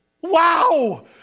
wow